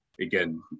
again